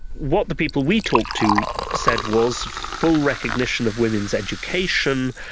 what the people we talked to said was full recognition of women's education,